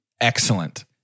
excellent